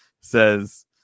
says